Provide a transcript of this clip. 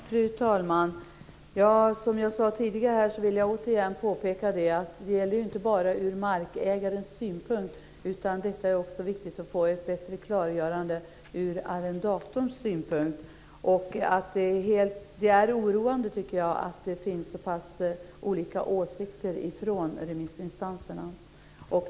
Fru talman! Jag vill återigen påpeka att detta inte bara gäller från markägarens synpunkt. Det är också viktigt att få ett bättre klargörande från arrendatorns synpunkt. Jag tycker att det är oroande att det finns så pass olika åsikter hos remissinstanserna.